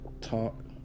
talk